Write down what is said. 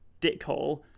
dickhole